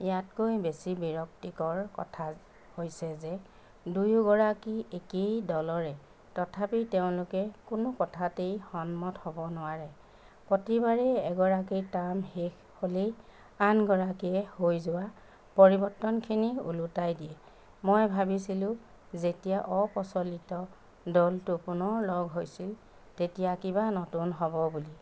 ইয়াতকৈ বেছি বিৰক্তিকৰ কথা হৈছে যে দুয়োগৰাকী একেই দলৰে তথাপি তেওঁলোকে কোনো কথাতেই সন্মত হ'ব নোৱাৰে প্ৰতিবাৰে এগৰাকীৰ টাৰ্ম শেষ হ'লেই আনগৰাকীয়ে হৈ যোৱা পৰিৱৰ্তনখিনি ওলোটাই দিয়ে মই ভাবিছিলোঁ যেতিয়া অপ্ৰচলিত দলটো পুনৰ লগ হৈছিল তেতিয়া কিবা নতুন হ'ব বুলি